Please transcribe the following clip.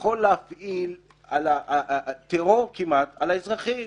יכול להפעיל כמעט טרור על האזרחים,